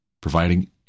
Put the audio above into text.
providing